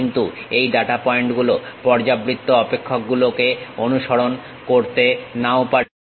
কিন্তু এই ডাটা পয়েন্টগুলো পর্যাবৃত্ত অপেক্ষক গুলোকে অনুসরণ নাও করতে পারে